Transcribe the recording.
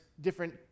different